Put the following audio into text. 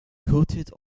coated